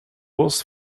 was